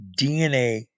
DNA